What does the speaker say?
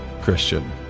Christian